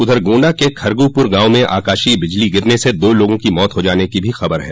उधर गोण्डा के खरगूपुर गाँव में आकाशीय बिजली गिरने से दो लोगों की मौत हो जाने की खबर है